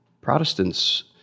Protestants